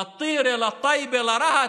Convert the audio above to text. לטירה, לטייבה, לרהט?